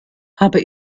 habe